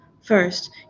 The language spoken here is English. First